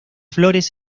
flores